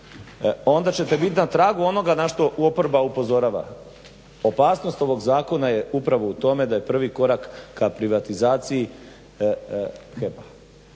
onda ćete bit na tragu onoga na što oporba upozorava. Opasnost ovog zakona je upravo u tome da je prvi korak ka privatizaciji HEP-a.